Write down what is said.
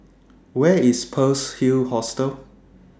Where IS Pearl's Hill Hostel